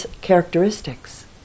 characteristics